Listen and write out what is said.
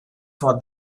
for